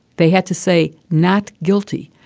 they had to say not guilty.